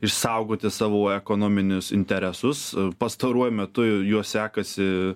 išsaugoti savo ekonominius interesus pastaruoju metu juos sekasi